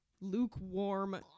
lukewarm